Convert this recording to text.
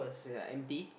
it's uh empty